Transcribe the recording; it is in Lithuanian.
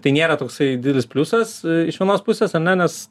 tai nėra toksai didelis pliusas iš vienos pusės ar ne nes